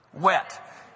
wet